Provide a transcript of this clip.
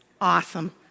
awesome